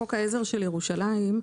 חוק העזר של ירושלים,